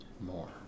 More